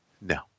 No